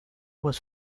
was